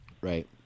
right